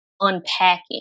unpacking